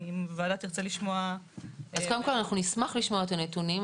אם הוועדה תרצה לשמוע --- אז קודם כל אנחנו נשמח לשמוע את הנתונים,